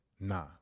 nah